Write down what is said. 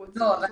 הוא עצור.